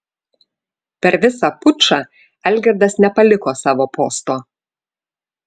per visą pučą algirdas nepaliko savo posto